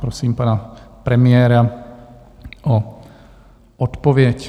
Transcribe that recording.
Prosím pana premiéra o odpověď.